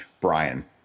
Brian